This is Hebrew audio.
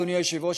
אדוני היושב-ראש,